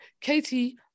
Katie